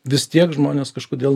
vis tiek žmonės kažkodėl